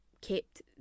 kept